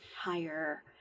higher